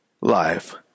life